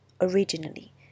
originally